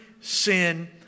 sin